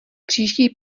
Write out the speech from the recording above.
příští